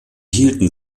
hielten